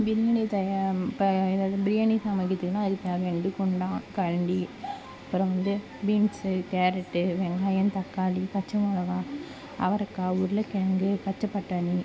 பிரியாணி இப்போ எதாவது பிரியாணி சமைக்கிறதுக்குனா அதுக்கு தேவையானது குண்டான் கரண்டி அப்புறம் வந்து பீன்ஸு கேரட்டு வெங்காயம் தக்காளி பச்சை மிளகா அவரைக்கா உருளக்கெழங்கு பச்சைப்பட்டாணி